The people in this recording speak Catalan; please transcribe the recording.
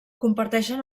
comparteixen